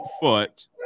foot